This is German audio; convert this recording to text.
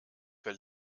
für